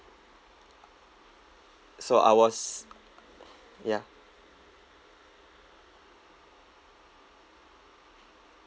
so I was ya